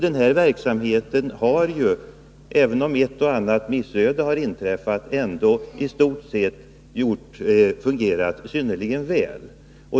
Denna verksamhet har ju, även om ett och annat missöde har inträffat, i stort sett fungerat synnerligen väl.